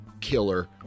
killer